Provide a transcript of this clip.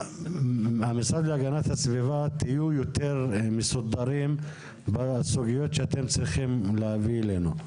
המשרד להגנת הסביבה תהיו יותר מסודרים בסוגיות שאתם צריכים להביא אלינו,